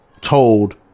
told